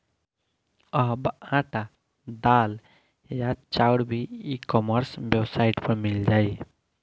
अब आटा, दाल या चाउर भी ई कॉमर्स वेबसाइट पर मिल जाइ